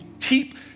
keep